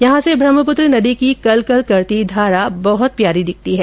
यहॉ से ब्रह्मपुत्र नदी की कलकल करती धारा बहुत प्यारी दिखती है